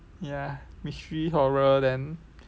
ya mystery horror then